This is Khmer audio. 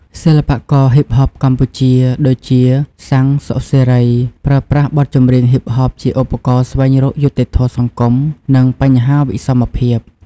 សិល្បករហ៊ីបហបកម្ពុជា ដូចជា សាំង សុខសេរី ប្រើប្រាស់បទចម្រៀងហ៊ីបហបជាឧបករណ៍ស្វែងរកយុត្តិធម៌សង្គម និងបញ្ហាវិសមភាព។